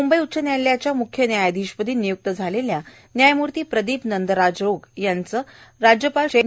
मुंबई उच्च न्यायालयाच्या मुख्य न्यायाधीशपदी नियुक्ती झालेल्या न्यायमूर्ती प्रदीप नंदराजोग यांना राज्यपाल चे